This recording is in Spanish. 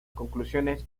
conclusiones